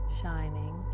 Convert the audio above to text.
shining